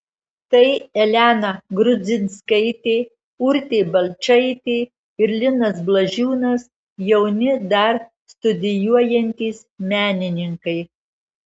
tai elena grudzinskaitė urtė balčaitė ir linas blažiūnas jauni dar studijuojantys menininkai